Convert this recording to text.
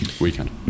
weekend